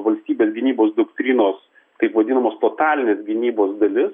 valstybės gynybos doktrinos taip vadinamos totalinės gynybos dalis